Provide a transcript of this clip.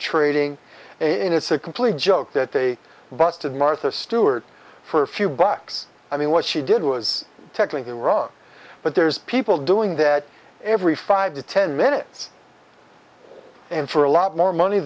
trading it's a complete joke that they busted martha stewart for a few bucks i mean what she did was technically wrong but there's people doing that every five to ten minutes and for a lot more money